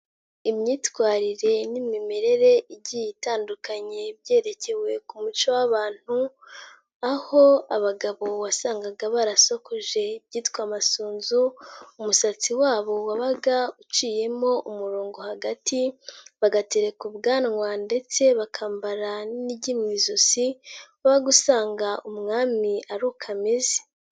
Imyitwarire n'imimerere igiye itandukanye byerekewe ku muco w'abantu. Aho abagabo wasangaga barasokoje ibyitwa amasunzu. Umusatsi wabo wabaga uciyemo umurongo hagati. Bagatereka ubwanwa ndetse bakambara n'inigi mu ijosi, wabaga usanga umwami ari uko ameze.